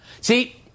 See